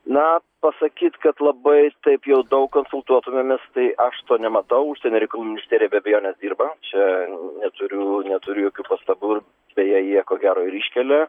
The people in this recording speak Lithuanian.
na pasakyt kad labai taip jau daug konsultuotumėmės tai aš to nematauužsienio reikalų ministerija be abejonės dirba čia neturiu neturiu jokių pastabų beje jie ko gero ir iškelia